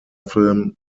film